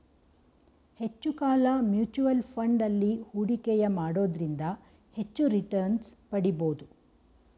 ಹೆಚ್ಚು ಕಾಲ mutual fund ಅಲ್ಲಿ ಹೂಡಿಕೆಯ ಮಾಡೋದ್ರಿಂದ ಹೆಚ್ಚು ರಿಟನ್ಸ್ ಪಡಿಬೋದು